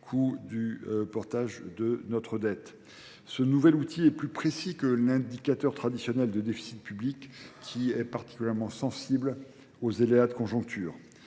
coût du portage de notre dette. Ce nouvel outil est plus précis que l'indicateur traditionnel de déficit public qui est particulièrement sensible aux élèves de conjoncture.